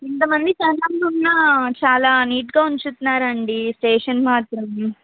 ఇంత మంది జనాలు ఉన్నా చాలా నీట్గా ఉంచుతున్నారండి స్టేషన్ మాత్రం